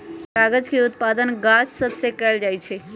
कागज के उत्पादन गाछ सभ से कएल जाइ छइ